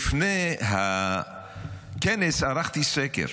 לפני הכנס ערכתי סקר.